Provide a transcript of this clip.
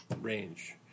range